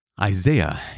Isaiah